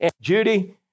Judy